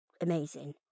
amazing